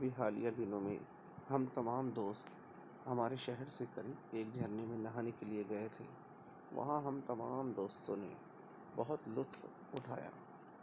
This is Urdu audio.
ابھی حالیہ دنوں میں ہم تمام دوست ہمارے شہر سے قریب ایک جھرنے میں نہانے کے لیے گئے تھے وہاں ہم تمام دوستوں نے بہت لطف اٹھایا